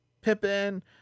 Pippin